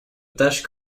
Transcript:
tâche